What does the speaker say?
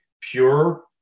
pure